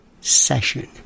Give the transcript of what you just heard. session